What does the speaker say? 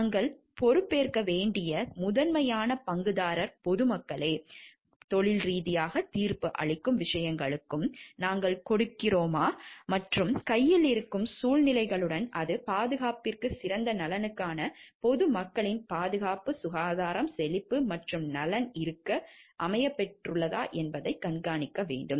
நாங்கள் பொறுப்பேற்க வேண்டிய முதன்மையான பங்குதாரர் பொது மக்களுக்கும் தொழில் ரீதியாக தீர்ப்பு அளிக்கும் விஷயங்களுக்கும் நாங்கள் கொடுக்கிறோமா மற்றும் கையில் இருக்கும் சூழ்நிலைகளுடன் அது பாதுகாப்பின் சிறந்த நலனுக்காக பொது மக்களின் பாதுகாப்பு சுகாதார செழிப்பு மற்றும் நலன் இருக்க வேண்டும்